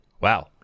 Wow